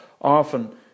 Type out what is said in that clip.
often